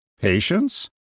patience